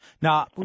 Now